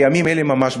בימים אלו ממש,